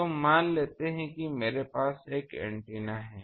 तो मान लेते हैं कि मेरे पास एक एंटीना है